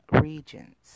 regions